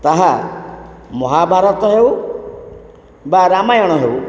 ତାହା ମହାଭାରତ ହଉ ବା ରାମାୟଣ ହଉ